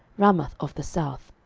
ramath of the south.